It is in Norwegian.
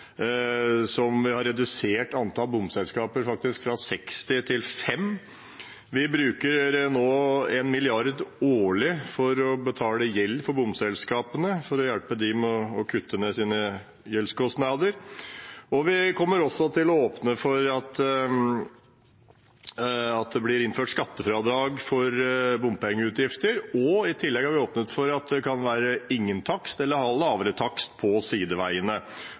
som har redusert antall bomselskaper fra 60 til 5. Vi bruker nå 1 mrd. kr årlig for å betale gjeld for bomselskapene, for å hjelpe dem med å kutte sine gjeldskostnader. Vi kommer også til å åpne for at det blir innført skattefradrag for bompengeutgifter. I tillegg har vi åpnet for at det kan være ingen takst eller lavere takst på sideveiene.